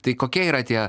tai kokie yra tie